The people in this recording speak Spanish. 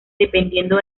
dependiendo